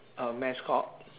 a mascot